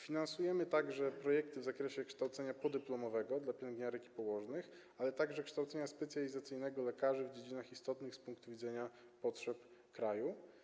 Finansujemy także projekty w zakresie kształcenia podyplomowego pielęgniarek i położnych, ale także kształcenia specjalizacyjnego lekarzy w dziedzinach istotnych z punktu widzenia potrzeb kraju.